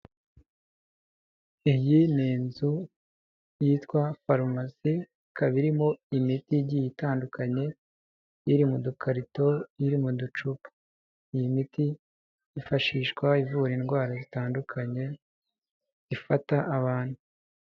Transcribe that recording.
Iyi ni inzu yitwa Pharmacy ikaba irimo imiti igiye itandukanye , iri mu dukarito iri mu ducupa, iyi miti yifashishwa ivura indwara zitandukanye ifata abantu.